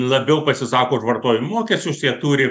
labiau pasisako už vartojimo mokesius jie turi